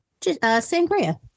sangria